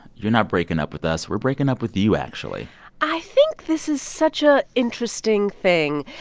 you're not breaking up with us. we're breaking up with you, actually i think this is such a interesting thing.